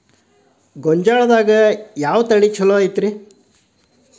ಗೊಂಜಾಳದಾಗ ಯಾವ ತಳಿ ಛಲೋ ಐತ್ರಿ?